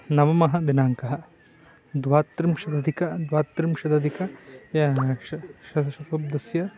नवमः दिनाङ्कः द्वात्रिंशदधिक द्वात्रिंशदधिक या श श शताब्दस्य